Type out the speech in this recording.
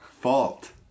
fault